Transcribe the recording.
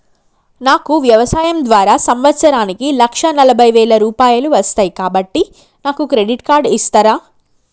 నాకు వ్యవసాయం ద్వారా సంవత్సరానికి లక్ష నలభై వేల రూపాయలు వస్తయ్, కాబట్టి నాకు క్రెడిట్ కార్డ్ ఇస్తరా?